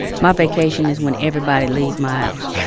my vacation is when everybody leave my house